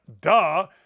Duh